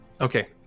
Okay